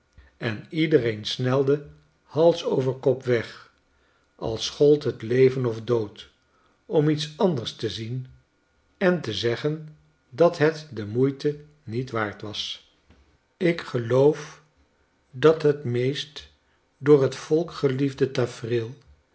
en iedereen snelde hals over kop weg als gold het leven of dood om iets anders te zien en te zeggen dat het de moeite niet waard was tafereelen uit italte ik geloof dat het meest door het volk geliefde tafereel